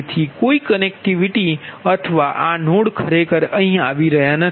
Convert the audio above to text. તેથી કોઈ કનેક્ટિવિટી અથવા આ નોડ ખરેખર અહીં આવી રહ્યાં નથી